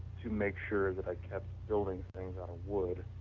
to make sure that i kept building things out of wood